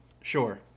Sure